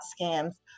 scams